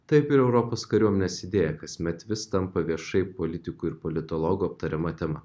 taip ir europos kariuomenės idėja kasmet vis tampa viešai politikų ir politologų aptariama tema